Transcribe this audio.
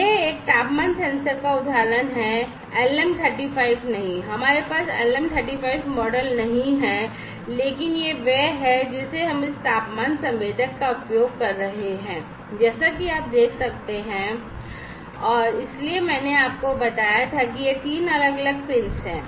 यह एक तापमान सेंसर का एक उदाहरण है LM 35 नहीं हमारे पास LM 35 मॉडल नहीं है लेकिन यह वह है जिसे हम इस तापमान संवेदक का उपयोग कर रहे हैं जैसा कि आप देख सकते हैं और इसलिए मैंने आपको बताया था कि यह तीन अलग अलग पिंस हैं